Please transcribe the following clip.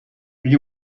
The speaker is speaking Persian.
اگه